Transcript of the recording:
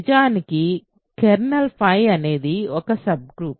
నిజానికి కెర్నల్ అనేది ఒక సబ్ గ్రూప్